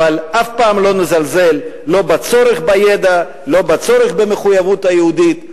אבל אף פעם לא נזלזל לא בצורך בידע ולא בצורך במחויבות היהודית,